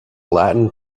latin